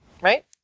right